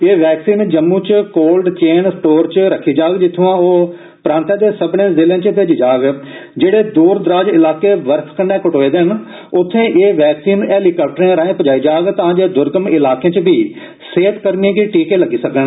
ए vaccine Jammu च cold chain store च रक्खियां जागंन जित्थुआ ओ प्रांतै दे सब्बर्ने जिलें च भेजे जागंन जेड़े दूर दराज इलाके बर्फ करि कटोए दे न उत्थें ए वैक्सीन हैलिकाप्टरें राएं प्जाई जाग तां जे द्र्गम इलाकें च बी सेहतकर्मियें गी टीके लग्गी सकन